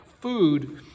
food